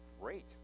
Great